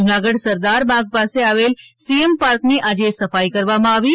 જૂનાગઢ સરદાર બાગ પાસે આવેલા સીએમ પાર્કની આજે સફાઈ કરવામાં આવી હતી